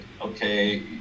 okay